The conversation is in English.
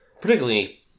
Particularly